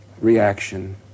reaction